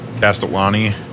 Castellani